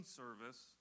service